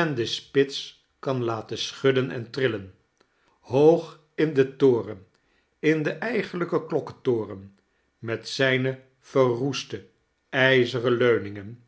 en den spits kan laten schiudden en trillen hoog in den toren in den eigenlijken klokkentoren met zijne verroeste ijzenen leuiningen